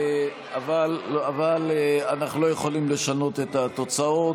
אבל אנחנו לא יכולים לשנות את התוצאות.